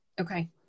Okay